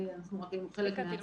כי אנחנו היינו רק חלק מהצוות